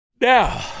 Now